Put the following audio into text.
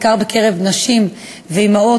בעיקר בקרב נשים ואימהות,